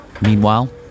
Meanwhile